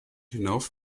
hinauf